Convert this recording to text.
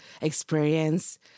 experience